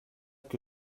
que